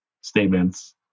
statements